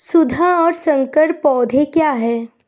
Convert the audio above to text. शुद्ध और संकर पौधे क्या हैं?